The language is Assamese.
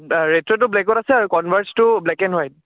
দা ৰেট্ৰ'টো ব্লেকত আছে আৰু কনভাৰ্চটো ব্লেক এণ্ড হোৱাইট